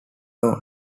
lawn